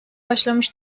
başlamış